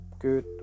good